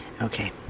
Okay